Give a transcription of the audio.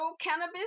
cannabis